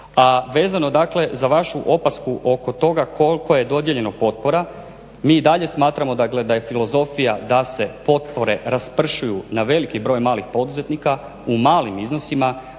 A vezano dakle za vašu opasku oko toga koliko je dodijeljeno potpora mi i dalje smatramo da je filozofija da se potpore raspršuju na veliki broj malih poduzetnika u malim iznosima,